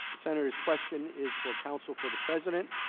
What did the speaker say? centers question is for counsel for the president